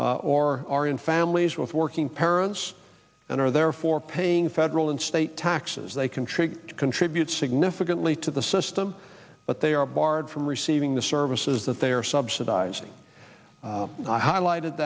or are in families with working parents and are therefore paying federal and state taxes they contribute contribute significantly to the system but they are barred from receiving the services that they are subsidizing i highlighted